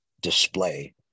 display